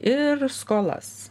ir skolas